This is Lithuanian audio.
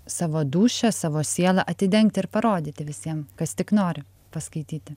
savo dūšią savo sielą atidengti ir parodyti visiem kas tik nori paskaityti